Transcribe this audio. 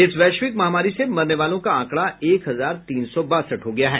इस वैश्विक महामारी से मरने वालों का आंकड़ा एक हजार तीन सौ बासठ हो गया है